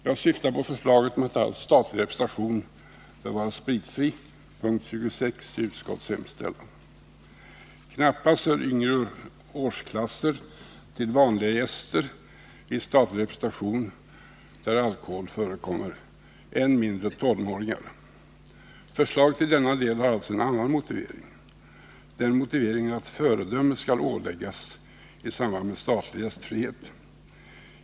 Jag syftar på förslaget om att all statlig representation bör vara spritfri, mom. 26 i utskottets hemställan. Knappast hör yngre årsklasser till vanliga gäster i statlig representation där alkohol förekommer, än mindre tonåringar. Förslaget i denna del har alltså en annan motivering. Den motiveringen är att ett gott föredöme skall åläggas i samband med statlig gästfrihet.